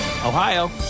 Ohio